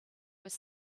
was